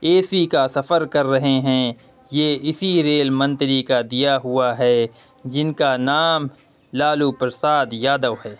اے C کا سفر کر رہے ہیں یہ اسی ریل منتری کا دیا ہوا ہے جن کا نام لالو پرساد یادو ہے